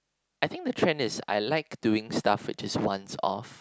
I think the trend is I like doing stuff which is once off